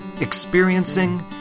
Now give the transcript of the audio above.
experiencing